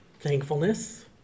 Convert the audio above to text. thankfulness